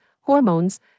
hormones